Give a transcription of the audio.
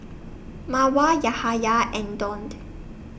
Mawar Yahaya and Daud